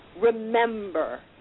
Remember